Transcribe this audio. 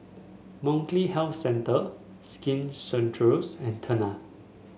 Molnylcke Health Centre Skin Ceuticals and Tena